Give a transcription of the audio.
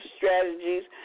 strategies